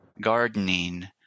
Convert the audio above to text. gardening